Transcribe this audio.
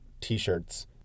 t-shirts